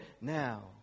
now